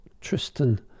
Tristan